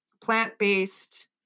plant-based